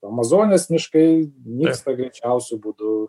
amazonės miškai nyksta greičiausiu būdu